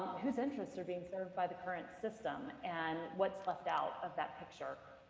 whose interests are being served by the current system and what's left out of that picture?